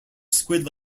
squid